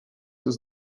ist